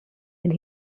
and